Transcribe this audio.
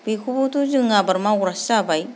बेखौबोथ' जों आबाद मावग्रासो जाबाय